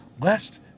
lest